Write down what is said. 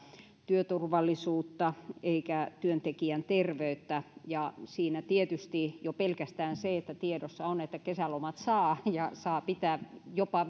työturvallisuutta eikä työntekijän terveyttä ja siinä tietysti jo pelkästään se että tiedossa on että kesälomat saa ja saa pitää jopa